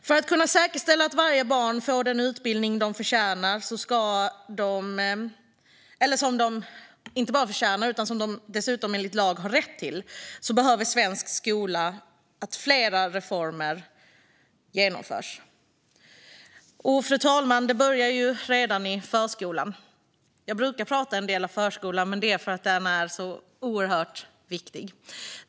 För att vi ska kunna säkerställa att alla barn får den utbildning som de inte bara förtjänar utan dessutom enligt lag har rätt till behöver flera reformer genomföras i svensk skola. Fru talman! Det börjar redan i förskolan. Jag brukar prata en del om förskolan, vilket beror på att den är så oerhört viktig.